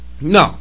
No